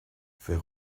fait